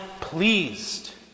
pleased